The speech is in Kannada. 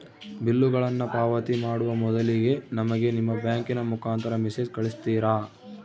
ಬಿಲ್ಲುಗಳನ್ನ ಪಾವತಿ ಮಾಡುವ ಮೊದಲಿಗೆ ನಮಗೆ ನಿಮ್ಮ ಬ್ಯಾಂಕಿನ ಮುಖಾಂತರ ಮೆಸೇಜ್ ಕಳಿಸ್ತಿರಾ?